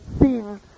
seen